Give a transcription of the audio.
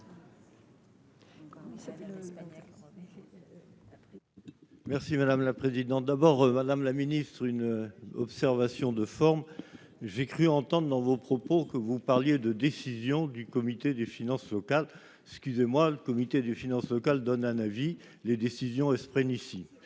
Merci madame la présidente, d'abord, madame la ministre, une observation de forme, j'ai cru entendre dans vos propos que vous parliez de décisions du comité des finances locales, ce qui, moi, le comité des finances locales donnent un avis, les décisions se prennent ici,